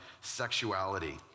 sexuality